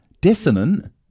Dissonant